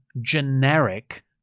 generic